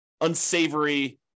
unsavory